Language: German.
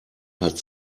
hat